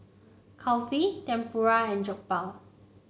Kulfi Tempura and Jokbal